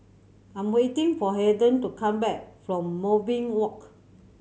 I'm waiting for Haden to come back from Moonbeam Walk